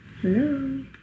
Hello